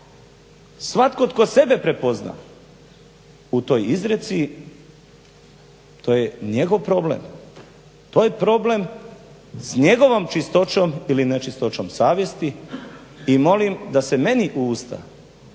svatko tko sebe prepozna u toj izreci to je njegov problem, to je problem s njegovom čistoćom ili nečistoćom savjesti i molim da se meni u usta